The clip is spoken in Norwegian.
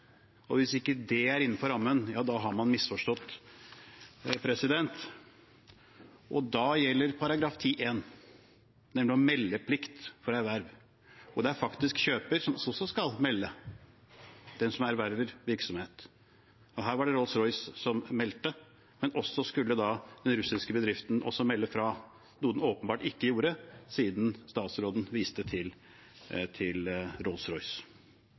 Hvis ikke det er innenfor rammen, ja, da har man misforstått, og da gjelder § 10-1, nemlig om meldeplikt ved erverv. Det er faktisk kjøper som skal melde, den som erverver virksomhet. Her var det Rolls-Royce som meldte, men den russiske bedriften skulle også meldt fra, noe den åpenbart ikke gjorde siden statsråden viste til